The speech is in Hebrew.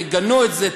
תגנו את זה,